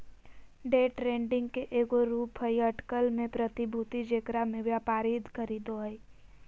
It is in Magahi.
डे ट्रेडिंग के एगो रूप हइ अटकल में प्रतिभूति जेकरा में व्यापारी खरीदो हइ